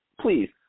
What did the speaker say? please